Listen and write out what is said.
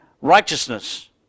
righteousness